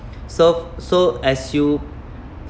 so so as you